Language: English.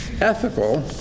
ethical